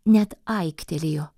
net aiktelėjo